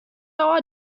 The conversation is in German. auf